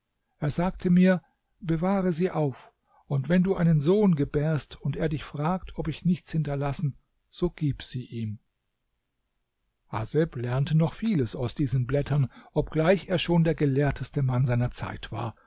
er sagte mir bewahre sie auf und wenn du einen sohn gebärst und er dich fragt ob ich nichts hinterlassen so gib sie ihm haseb lernte noch vieles aus diesen blättern obgleich er schon der gelehrteste mann seiner zeit war